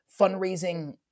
fundraising